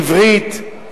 עברית,